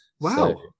Wow